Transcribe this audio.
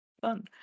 fun